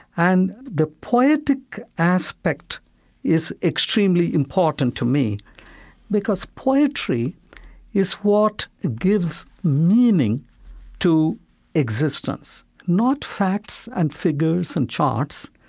and the poetic aspect is extremely important to me because poetry is what gives meaning to existence. not fact and figures and charts,